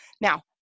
Now